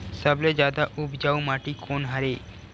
सबले जादा उपजाऊ माटी कोन हरे?